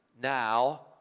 now